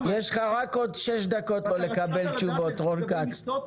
יש לך רק עוד שש דקות פה לקבל תשובות, רון כץ.